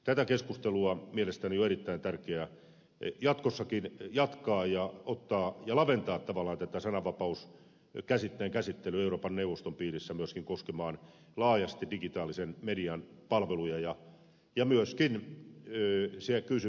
tätä keskustelua mielestäni on erittäin tärkeä jatkossakin jatkaa ja laventaa tavallaan sananvapauskäsitteen käsittelyä euroopan neuvoston piirissä myöskin koskemaan laajasti digitaalisen median palveluja ja myöskin sitä kysymystä mihin ed